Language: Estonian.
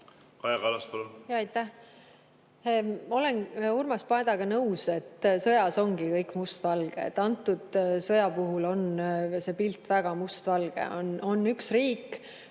olen Urmas Paetiga nõus, et [selles] sõjas ongi kõik mustvalge. Selle sõja puhul on pilt väga mustvalge. On üks riik,